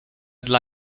dla